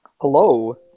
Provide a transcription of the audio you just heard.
Hello